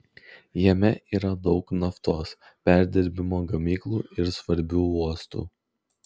jame yra daug naftos perdirbimo gamyklų ir svarbių uostų